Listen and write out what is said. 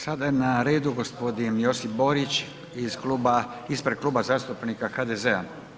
Sada je na redu gospodin Josip Borić iz kluba, ispred Kluba zastupnika HDZ-a.